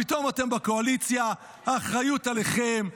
פתאום אתם בקואליציה, האחריות עליכם.